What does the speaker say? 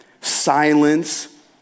silence